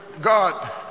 God